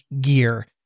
gear